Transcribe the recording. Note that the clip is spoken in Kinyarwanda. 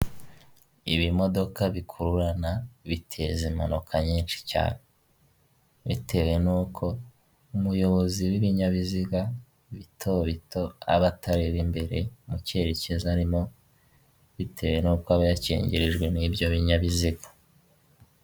Ibimodoka bikururana biteza impanuka nyinshi cyane, bitewe n'uko umuyobozi w'ibinyabiziga bito bito abatarareba imbere mu cyerekezo harimo bitewe n'uko aba yakingirijwe n'ibyo binyabiziga.